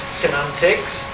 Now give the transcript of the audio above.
semantics